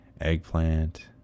eggplant